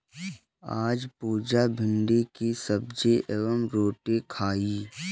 आज पुजा भिंडी की सब्जी एवं रोटी खाई